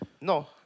No